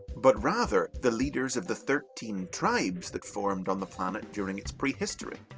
but rather, the leaders of the thirteen tribes that formed on the planet during its prehistory.